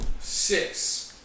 Six